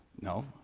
No